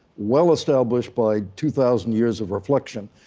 well established by two thousand years of reflection,